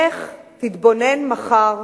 איך תתבונן מחר